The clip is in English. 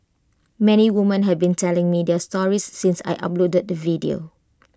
many women have been telling me their stories since I uploaded the video